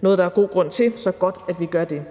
noget, der er god grund til, så det er godt, at vi gør det.